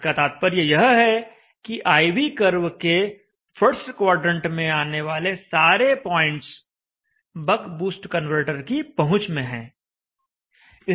इसका तात्पर्य यह है कि I V कर्व के फर्स्ट क्वाड्रेंट में आने वाले सारे पॉइंट्स बक बूस्ट कन्वर्टर की पहुंच में हैं